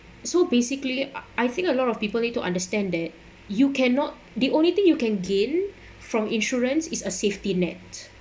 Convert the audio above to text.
so basically I I think a lot of people need to understand that you cannot the only thing you can gain from insurance is a safety net